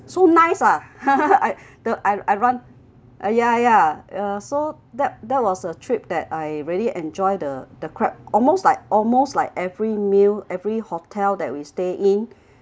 so nice ah the I iron~ yeah yeah uh so that that was a trip that I really enjoy the the crab almost like almost like every meal every hotel that we stay in